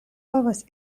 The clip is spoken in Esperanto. povas